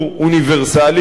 הוא אוניברסלי,